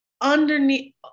underneath